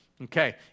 Okay